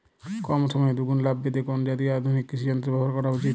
কম সময়ে দুগুন লাভ পেতে কোন জাতীয় আধুনিক কৃষি যন্ত্র ব্যবহার করা উচিৎ?